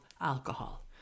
alcohol